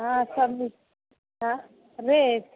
हँ सब निक रेट